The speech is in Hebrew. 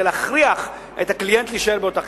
להכריח את הקליינט להישאר באותה חברה.